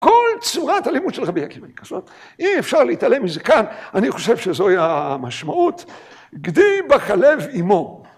‫כל צורת הלימוד של רבי עקיבא, ‫אי אפשר להתעלם מזה כאן, ‫אני חושב שזוהי המשמעות. ‫גדי בחלב עמו.